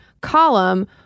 column